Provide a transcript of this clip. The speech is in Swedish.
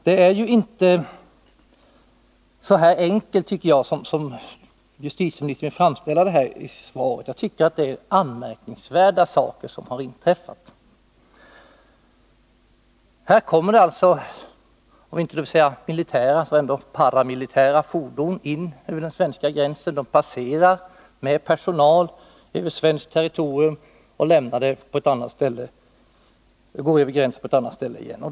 Det är ju inte så enkelt som justitieministern vill framställa det i sitt svar. Jag tycker det är en anmärkningsvärd sak som inträffat. Här kommer alltså om inte militära, så ändå paramilitära fordon med personal in över svenska gränsen, passerar svenskt territorium och går över gränsen igen på ett annat ställe.